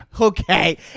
okay